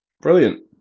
Brilliant